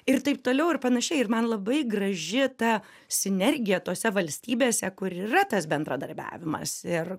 ir taip toliau ir panašiai ir man labai graži ta sinergija tose valstybėse kur yra tas bendradarbiavimas ir